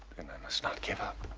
then i must not give up.